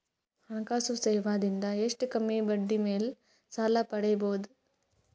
ಹಣಕಾಸು ಸೇವಾ ದಿಂದ ಎಷ್ಟ ಕಮ್ಮಿಬಡ್ಡಿ ಮೇಲ್ ಸಾಲ ಪಡಿಬೋದ?